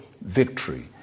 victory